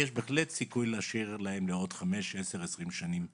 יש בהחלט סיכוי להשאיר להם עוד חמש-עשר-עשרים שנים טובות.